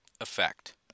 effect